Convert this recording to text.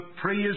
praise